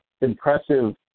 impressive